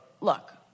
look